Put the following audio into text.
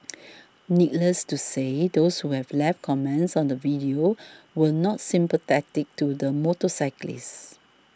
needless to say those who have left comments on the video were not sympathetic to the motorcyclist